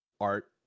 art